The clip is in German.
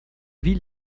wie